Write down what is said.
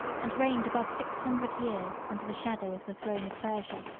and reigned above six hundred years under the shadow of the throne of persia.